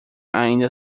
ainda